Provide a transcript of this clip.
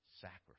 Sacrifice